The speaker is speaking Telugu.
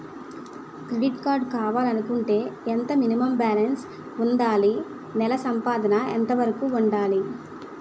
క్రెడిట్ కార్డ్ కావాలి అనుకుంటే ఎంత మినిమం బాలన్స్ వుందాలి? నెల సంపాదన ఎంతవరకు వుండాలి?